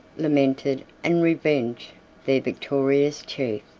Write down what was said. lamented, and revenged their victorious chief.